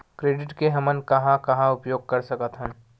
Credit के हमन कहां कहा उपयोग कर सकत हन?